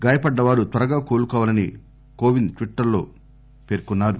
గాయపడ్డవారు త్వరగా కోలుకోవాలని కోవింద్ ట్వీట్ చేశారు